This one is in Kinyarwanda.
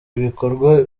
bikorwa